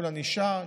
מול ענישה,